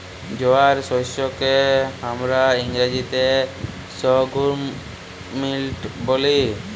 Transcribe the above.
জয়ার শস্যকে হামরা ইংরাজিতে সর্ঘুম মিলেট ব্যলি